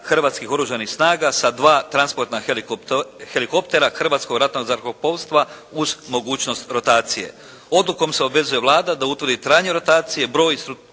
Hrvatskih oružanih snaga sa dva transportna helikoptera Hrvatskog ratnog zrakoplovstva uz mogućnost rotacije. Odlukom se obvezuje Vlada da utvrdi trajanje rotacije, broj i strukturu